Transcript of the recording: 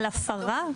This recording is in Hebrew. מדברים על הפרה?